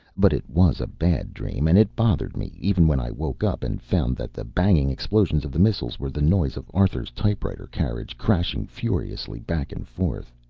but it was a bad dream and it bothered me, even when i woke up and found that the banging explosions of the missile were the noise of arthur's typewriter carriage crashing furiously back and forth.